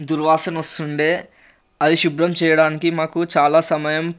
దుర్వాసన వస్తుండే అవి శుభ్రం చేయడానికి మాకు చాలా సమయం